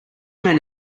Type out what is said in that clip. men